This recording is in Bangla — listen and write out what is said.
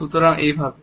সুতরাং এইভাবে